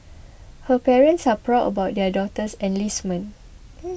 her parents are proud about their daughter's enlistment